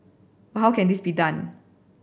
but how can this be done